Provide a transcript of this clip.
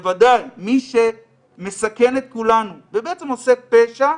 בוודאי מי שמסכן את כולנו ובעצם עושה פשע,